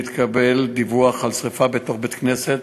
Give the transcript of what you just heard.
נתקבל דיווח על שרפה בתוך בית-כנסת